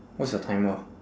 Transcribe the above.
what's your timer